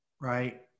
Right